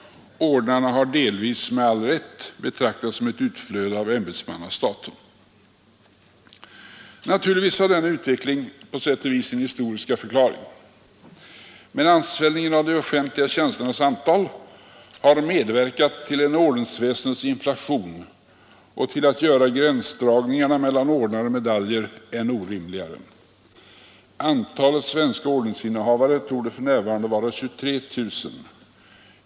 Ordnarna har delvis med all rätt betraktats som ett utflöde av ämbetsmannastaten. Naturligtvis har denna utveckling på sätt och vis sin historiska förklaring, men ansvällningen av de offentliga tjänsternas antal har medverkat till en ordensväsendets inflation och till att göra gränsdragningarna mellan ordnar och medaljer än orimligare. Antalet svenska ordensinnehavare torde för närvarande vara 23 000.